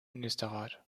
ministerrat